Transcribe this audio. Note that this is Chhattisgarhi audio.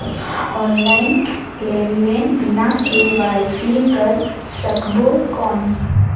ऑनलाइन लेनदेन बिना के.वाई.सी कर सकबो कौन??